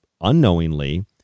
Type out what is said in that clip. unknowingly